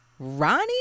Ronnie